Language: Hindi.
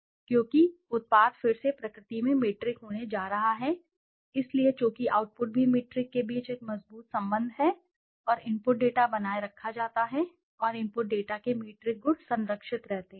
क्यों क्योंकि उत्पादन फिर से प्रकृति में मीट्रिक होने जा रहा है इसलिए चूंकि आउटपुट भी मीट्रिक के बीच एक मजबूत संबंध है और इनपुट डेटा बनाए रखा जाता है और इनपुट डेटा के मीट्रिक गुण संरक्षित रहते हैं